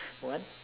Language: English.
what